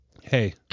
Hey